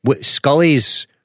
Scully's